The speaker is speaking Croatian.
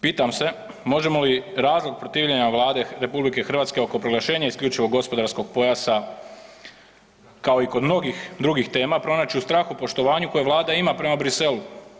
Pitam se, možemo li razlog protivljenja Vlade RH oko proglašenja isključivog gospodarskog pojasa kao i kod mnogih drugih tema pronaći u strahopoštovanju koje Vlada ima prema Bruxellesu.